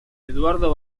eduardo